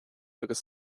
agus